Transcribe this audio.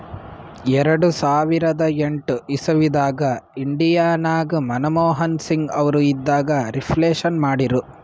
ಎರಡು ಸಾವಿರದ ಎಂಟ್ ಇಸವಿದಾಗ್ ಇಂಡಿಯಾ ನಾಗ್ ಮನಮೋಹನ್ ಸಿಂಗ್ ಅವರು ಇದ್ದಾಗ ರಿಫ್ಲೇಷನ್ ಮಾಡಿರು